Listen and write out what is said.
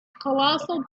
colossal